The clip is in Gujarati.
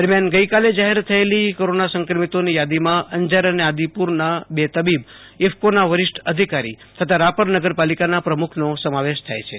દરમિયાન ગઈકાલે જાહેર થયેલી કોરોના સંક્રમિતોની યાદીમાં અંજાર અને આદિપુરના બે તબીબ ઈફકોના વરીષ્ઠ અધિકારી તથા રાપર પાલિકાના પ્રમુખનો સમાવેશ થાય છે